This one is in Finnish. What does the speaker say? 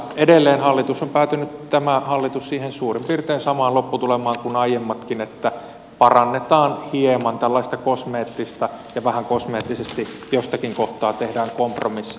edelleen tämä hallitus on päätynyt siihen suurin piirtein samaan lopputulemaan kuin aiemmatkin että parannetaan hieman ja vähän kosmeettisesti jostakin kohtaa tehdään kompromisseja